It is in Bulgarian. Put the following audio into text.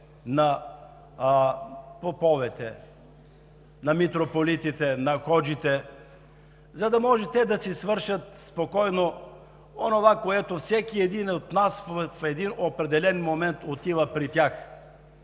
на поповете, на митрополитите, на ходжите, за да може те да си свършат спокойно онова, за което всеки един от нас в един определен момент отива при тях